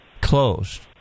closed